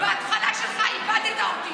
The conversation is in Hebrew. בהתחלה שלך איבדת אותי.